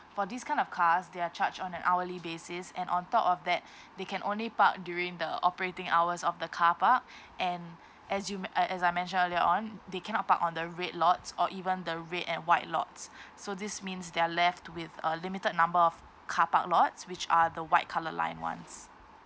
for this kind of cars they are charged on an hourly basis and on top of that they can only park during the operating hours of the carpark and as you me~ uh as I mentioned earlier on they cannot park on the red lots or even the red and white lots so this means they are left with a limited number of carpark lots which are the white colour line ones